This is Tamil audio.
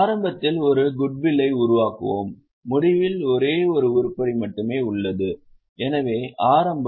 ஆரம்பத்தில் ஒரு குட்வில்லை உருவாக்குவோம் முடிவில் ஒரே ஒரு உருப்படி மட்டுமே உள்ளது எனவே ஆரம்பம் 5000 முடிவு 3000 ஆகும்